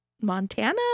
Montana